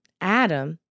Adam